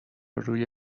روی